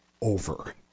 over